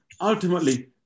ultimately